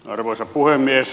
arvoisa puhemies